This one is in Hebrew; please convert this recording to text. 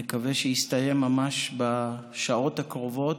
נקווה שיסתיים ממש בשעות הקרובות,